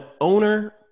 owner